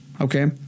Okay